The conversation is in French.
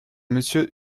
monsieur